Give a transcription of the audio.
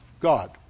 God